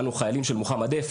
אנו חיילים של מוחמד דף,